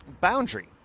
boundary